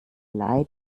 leid